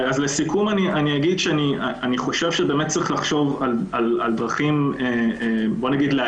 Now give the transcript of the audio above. לסיכום אומר שלדעתי באמת צריך לחשוב על דרכים להגביר